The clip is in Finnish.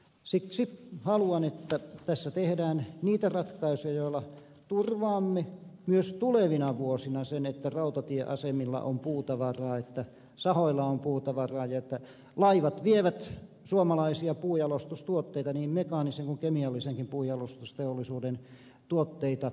siksi haluan että tässä tehdään niitä ratkaisuja joilla turvaamme myös tulevina vuosina sen että rautatieasemilla on puutavaraa että sahoilla on puutavaraa ja että laivat vievät suomalaisia puunjalostustuotteita niin mekaanisen kuin kemiallisenkin puunjalostusteollisuuden tuotteita eteenpäin